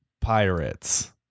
pirates